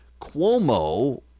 Cuomo